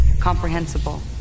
comprehensible